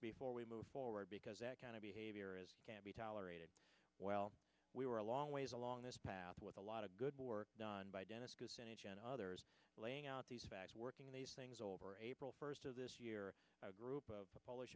before we move forward because that kind of behavior is can't be tolerated while we were a long ways along this path with a lot of good work done by dennis kucinich and others laying out these facts working these things over april first of this year a group of polish